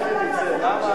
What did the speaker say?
תאמין